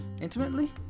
intimately